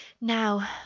now